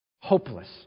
hopeless